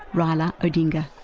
raila odinga.